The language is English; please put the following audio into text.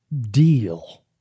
deal